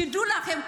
תדעו לכם,